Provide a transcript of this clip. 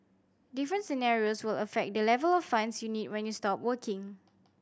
different scenarios will affect the level of funds you need when you stop working